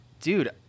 Dude